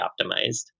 optimized